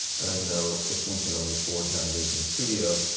and i know if we can only afford nine days in the studio,